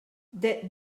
dès